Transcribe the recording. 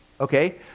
Okay